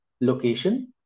location